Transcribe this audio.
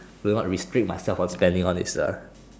will not restrict myself on spending on it is uh